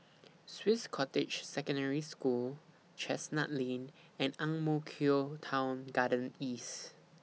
Swiss Cottage Secondary School Chestnut Lane and Ang Mo Kio Town Garden East